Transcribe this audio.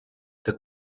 the